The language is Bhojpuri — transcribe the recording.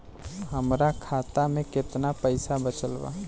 हमरा खाता मे केतना पईसा बचल बा?